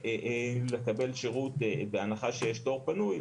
ולקבל בהנחה שיש תור פנוי,